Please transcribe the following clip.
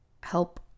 help